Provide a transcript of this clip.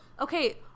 okay